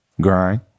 grind